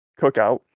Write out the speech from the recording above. cookout